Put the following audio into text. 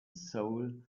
soul